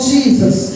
Jesus